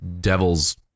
devil's